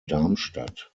darmstadt